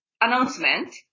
announcement